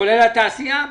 כולל התעשייה.